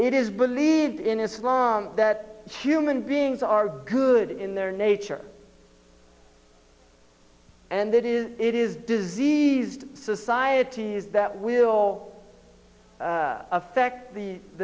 is believed in islam that human beings are good in their nature and it is it is diseased societies that will affect the